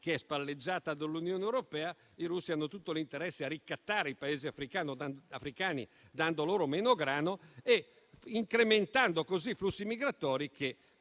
che è spalleggiata dall'Unione europea, i russi hanno tutto l'interesse a ricattare i Paesi africani dando loro meno grano e incrementando così i flussi migratori che